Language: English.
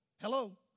Hello